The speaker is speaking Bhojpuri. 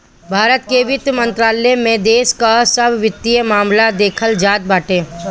भारत के वित्त मंत्रालय में देश कअ सब वित्तीय मामला देखल जात बाटे